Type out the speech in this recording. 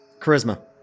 Charisma